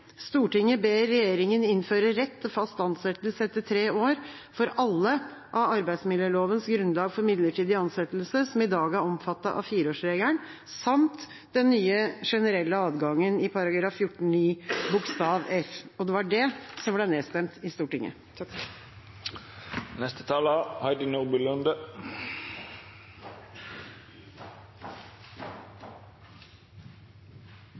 ber regjeringen innføre rett til fast ansettelse etter 3 år for alle av arbeidsmiljølovens grunnlag for midlertidige ansettelser, som i dag er omfattet av fireårsregelen, samt den nye generelle adgangen i § 14-9 bokstav f.» Og det var det som ble nedstemt i Stortinget.